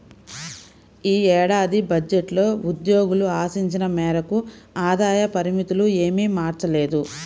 ఈ ఏడాది బడ్జెట్లో ఉద్యోగులు ఆశించిన మేరకు ఆదాయ పరిమితులు ఏమీ మార్చలేదు